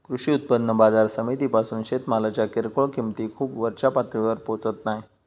कृषी उत्पन्न बाजार समितीपासून शेतमालाच्या किरकोळ किंमती खूप वरच्या पातळीवर पोचत नाय